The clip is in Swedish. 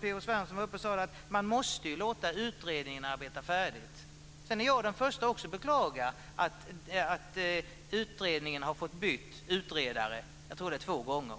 P-O Svensson sade: Man måste låta utredningen arbeta färdigt. Jag är den förste att beklaga att utredningen har fått byta utredare, jag tror att det är två gånger.